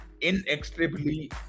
inextricably